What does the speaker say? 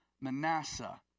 Manasseh